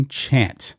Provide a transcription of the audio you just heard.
chant